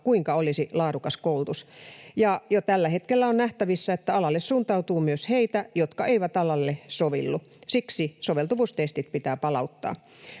kuinka olisi laadukas koulutus. Jo tällä hetkellä on nähtävissä, että alalle suuntautuu myös heitä, jotka eivät alalle sovellu. Siksi soveltuvuustestit pitää palauttaa.